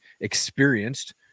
experienced